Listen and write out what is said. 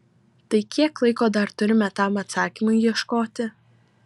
tai kiek laiko dar turime tam atsakymui ieškoti